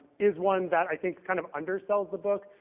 is one that i think kind of undersells the book.